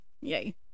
Yay